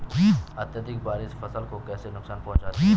अत्यधिक बारिश फसल को कैसे नुकसान पहुंचाती है?